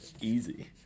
Easy